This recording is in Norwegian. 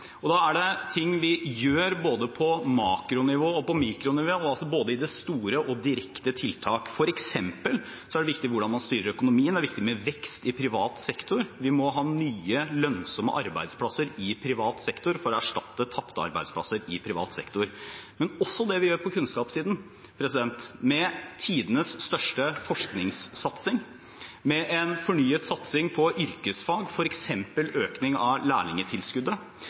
Da er det ting vi gjør både på makronivå og på mikronivå, altså både i det store og i direkte tiltak. For eksempel er det viktig hvordan man styrer økonomien. Det er viktig med vekst i privat sektor. Vi må ha nye lønnsomme arbeidsplasser i privat sektor for å erstatte tapte arbeidsplasser der. Men også vi gjør mye på kunnskapssiden: tidenes største forskningssatsing, en fornyet satsing på yrkesfag, f.eks. økning av